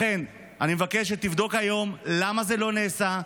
לכן אני מבקש שתבדוק היום למה זה לא נעשה,